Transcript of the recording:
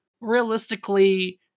realistically